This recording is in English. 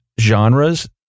Genres